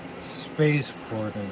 Spaceport